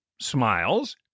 smiles